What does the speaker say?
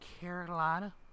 Carolina